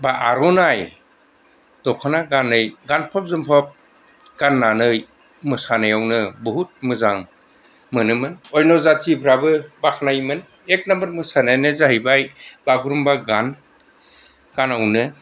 बा आर'नाइ दख'ना गानै गानफब जोमफब गाननानै मोसानायावनो बहुद मोजां मोनोमोन अन्य जाथिफ्राबो बाख्नायोमोन एक नाम्बार मोसानायानो जाहैबाय बागुरुम्बा गान गानावनो